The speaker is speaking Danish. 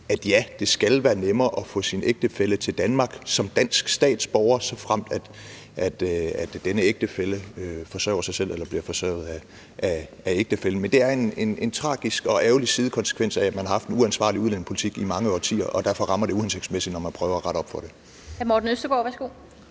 som dansk statsborger at få sin ægtefælle til Danmark, såfremt denne ægtefælle forsørger sig selv eller bliver forsørget af ægtefællen. Men det er en tragisk og ærgerlig afledt konsekvens af, at man har haft en uansvarlig udlændingepolitik i mange årtier, og derfor rammer det uhensigtsmæssigt, når man prøver at rette op på det.